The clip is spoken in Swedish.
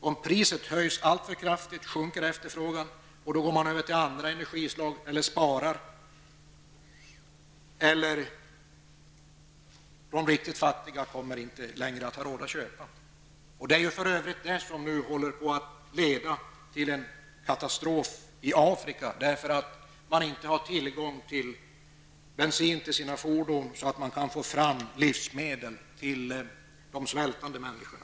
Om priset höjs alltför kraftigt sjunker efterfrågan, därför att man går över till andra energislag eller sparar eller därför att de riktigt fattiga inte längre har råd att köpa. Det är för övrigt detta förhållande som håller på att leda till en katastrof i Afrika. Man har inte tillgång till bensin för sina fordon, så att det blir möjligt att få fram livsmedel till de svältande människorna.